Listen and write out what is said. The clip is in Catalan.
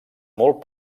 molt